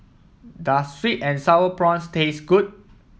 does sweet and sour prawns taste good